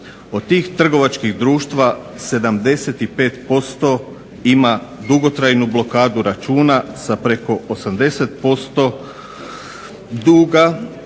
Od tih trgovačkih društva 75% ima dugotrajnu blokadu računa sa preko 80% duga,